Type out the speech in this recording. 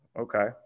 Okay